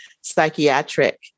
psychiatric